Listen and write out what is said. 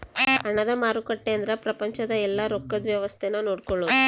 ಹಣದ ಮಾರುಕಟ್ಟೆ ಅಂದ್ರ ಪ್ರಪಂಚದ ಯೆಲ್ಲ ರೊಕ್ಕದ್ ವ್ಯವಸ್ತೆ ನ ನೋಡ್ಕೊಳೋದು